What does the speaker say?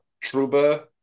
Truba